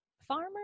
farmer